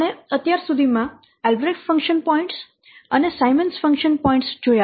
આપણે અત્યાર સુધીમાં આલ્બ્રેક્ટ ફંક્શન પોઇન્ટ અને સાયમન્સ ફંક્શન પોઇન્ટ્સ જોયા છે